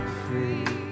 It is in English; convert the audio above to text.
free